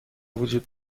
وجود